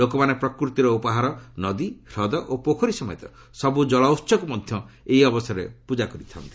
ଲୋକମାନେ ପ୍ରକୃତିର ଉପହାର ନଦୀ ହ୍ରଦ ଓ ପୋଖରୀ ସମେତ ସବୁ ଜଳଉହକୁ ମଧ୍ୟ ଏହି ଅବସରରେ ପ୍ରଜା କରିଥାନ୍ତି